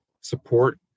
support